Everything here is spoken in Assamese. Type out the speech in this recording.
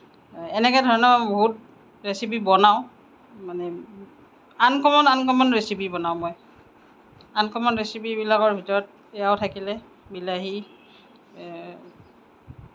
এনেকে ধৰণৰ বহুত ৰেচিপি বনাওঁ মানে আনকমন আনকমন ৰেচিপি বনাওঁ মই আনকমন ৰেচিপিবিলাকৰ ভিতৰত এইয়াও থাকিলে বিলাহী